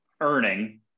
earning